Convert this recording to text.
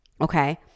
okay